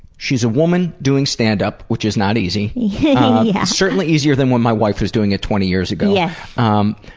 she's a woman doing stand-up and which is not easy yeah yeah certainly easier than when my wife was doing it twenty years ago. yeah um,